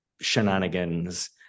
shenanigans